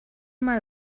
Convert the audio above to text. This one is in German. mal